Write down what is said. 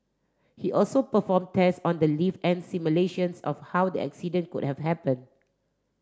he also perform tests on the lift and simulations of how the accident could have happen